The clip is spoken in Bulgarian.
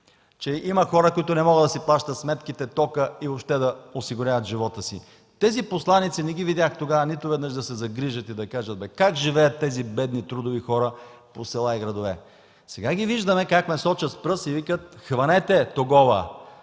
че има хора, които не могат да си плащат сметките, тока и въобще да осигуряват живота си. Тези посланици тогава не ги видях нито веднъж да се загрижат и да кажат: „Как живеят тези бедни, трудови хора по села и градове?”. Сега ги виждаме как ме сочат с пръст и викат: „Хванете тогова,